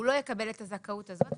הוא לא יקבל את הזכאות הזאת.